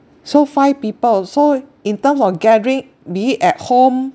so five people so in terms of gathering be it at home